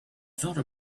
thought